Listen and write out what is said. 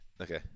okay